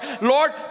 Lord